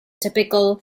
typical